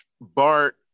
Bart